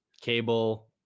cable